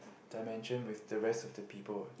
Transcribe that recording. dimension with the rest of the people leh